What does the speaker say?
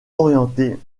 orientés